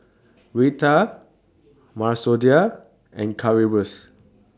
Raita Masoor Dal and Currywurst